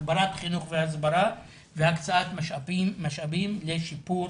הגברת החינוך וההסברה והקצאת משאבים לשיפור